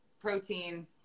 protein